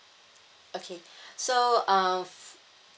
okay so uh